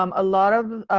um a lot of,